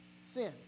sin